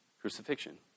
crucifixion